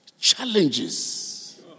challenges